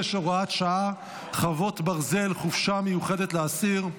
66, הוראת שעה, חרבות ברזל) (חופשה מיוחדת לאסיר)